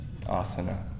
Asana